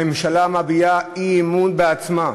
הממשלה מביעה אי-אמון בעצמה.